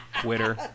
Twitter